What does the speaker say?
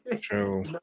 True